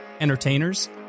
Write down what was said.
entertainers